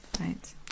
Right